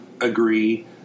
agree